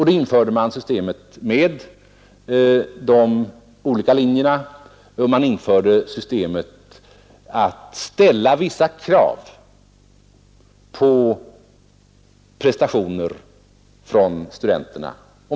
Då införde man de 17 utbildningslinjerna och systemet att ställa vissa krav på prestationer från studenterna.